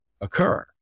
occur